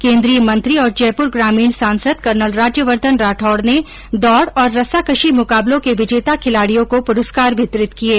केन्द्रीय मंत्री और जयपुर ग्रामीण सांसद कर्नल राज्यवर्द्वन राठौड़ ने दौड़ और रस्साकशी मुकाबलों के विजेता खिलाड़ियों को पुरस्कार वितरित किये